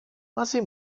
μαζί